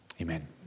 amen